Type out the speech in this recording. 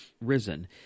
risen